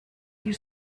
you